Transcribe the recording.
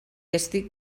estic